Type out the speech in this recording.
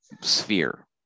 sphere